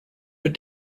but